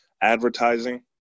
advertising